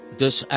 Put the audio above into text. dus